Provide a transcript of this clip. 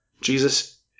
Jesus